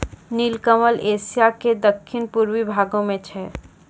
नीलकमल एशिया के दक्खिन पूर्वी भागो मे छै